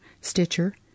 Stitcher